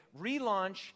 relaunch